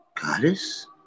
Goddess